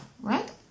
right